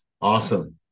Awesome